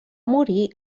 morir